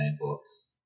books